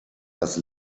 das